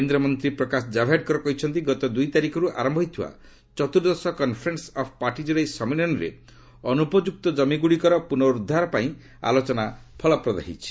କେନ୍ଦ୍ରମନ୍ତ୍ରୀ ପ୍ରକାଶ କାଭଡେକର କହିଛନ୍ତି ଗତ ଦୁଇ ତାରିଖରୁ ଆରମ୍ଭ ହୋଇଥିବା ଚତ୍ର୍ଦ୍ଦଶ କନ୍ଫରେନ୍ ଅଫ୍ ପାର୍ଟିକ୍ର ଏହି ସମ୍ମିଳନୀରେ ଅନୁପଯୁକ୍ତ ଜମିଗୁଡ଼ିକର ପୁର୍ନଉଡ୍ଥାନ ପାଇଁ ଆଲୋଚନା ଫଳପ୍ରଦ ହୋଇଛି